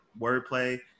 wordplay